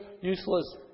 useless